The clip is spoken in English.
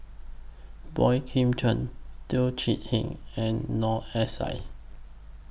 Boey Kim Cheng Teo Chee Hean and Noor S I